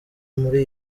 muri